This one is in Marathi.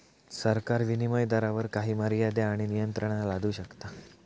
सरकार विनीमय दरावर काही मर्यादे आणि नियंत्रणा लादू शकता